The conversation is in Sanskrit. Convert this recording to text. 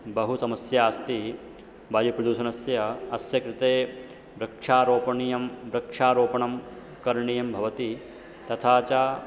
बहु समस्या अस्ति वायुप्रदूषणस्य अस्य कृते वृक्षारोपणीयं वृक्षारोपणं करणीयं भवति तथा च